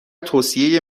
توصیه